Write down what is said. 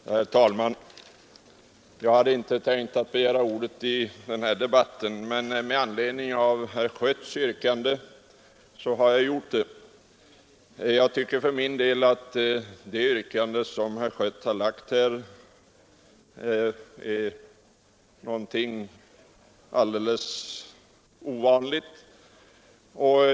Herr talman! Jag hade inte tänkt begära ordet i den här debatten men gör det med anledning av herr Schötts yrkande. Jag tycker för min del att det yrkande som herr Schött har lagt fram är mycket ovanligt.